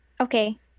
Okay